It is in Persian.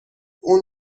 اون